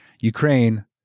Ukraine